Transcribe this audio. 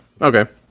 okay